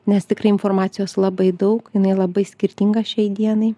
nes tikrai informacijos labai daug jinai labai skirtinga šiai dienai